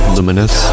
Luminous